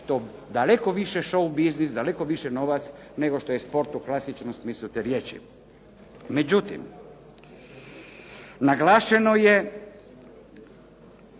to daleko više šoubiznis, daleko više novac nego što je sport u klasičnom smislu te riječi. Međutim, naglašeno je